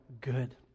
good